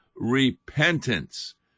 repentance